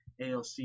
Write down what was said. alc